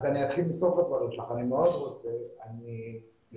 אז הפער היחיד שיכול להיות זה אם מגיש הבקשה שיקר כי אם